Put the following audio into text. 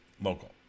local